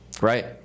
Right